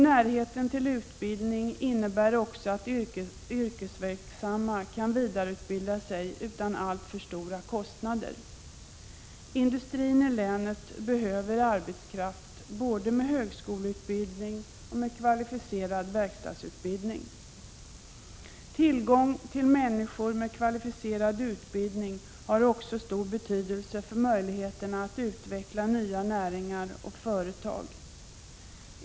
Närheten till utbildning innebär också att yrkesverksamma kan vidareutbilda sig utan alltför stora kostnader. Industrin i länet behöver arbetskraft både med högskoleutbildning och med kvalificerad verkstadsutbildning. Tillgång till människor med kvalificerad utbildning har också stor betydelse för möjligheterna att utveckla nya näringar och företag.